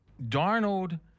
Darnold